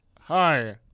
Hi